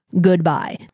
Goodbye